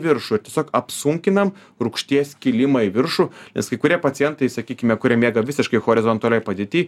viršų tiesiog apsunkinam rūgšties kilimą į viršų nes kai kurie pacientai sakykime kurie miega visiškai horizontalioj padėty